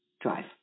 drive